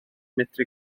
medru